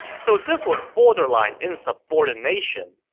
so this was borderline insubordination